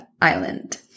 Island